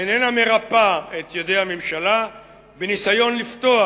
איננה מרפה את ידי הממשלה בניסיון לפתוח